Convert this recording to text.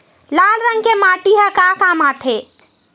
लाल रंग के माटी ह का काम आथे?